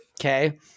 Okay